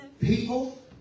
People